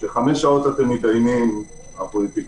שחמש שעות אתם מידיינים, הפוליטיקאים,